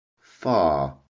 Far